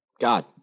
God